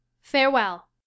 farewell